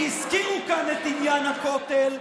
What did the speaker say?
והזכירו כאן את עניין הכותל,